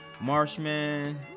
Marshman